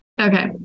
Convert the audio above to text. Okay